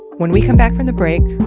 when we come back from the break,